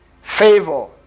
favor